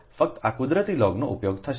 ફક્ત આ કુદરતી લોગનો ઉપયોગ થશે